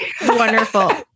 Wonderful